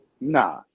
Nah